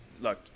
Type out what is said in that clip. look